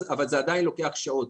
אבל זה עדיין לוקח שעות.